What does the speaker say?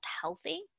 healthy